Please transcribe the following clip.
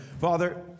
Father